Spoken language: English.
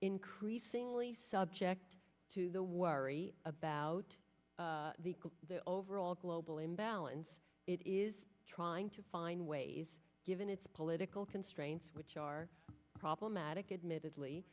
increasingly subject to the worry about the overall global imbalance it is trying to find ways given its political constraints which are problematic admittedly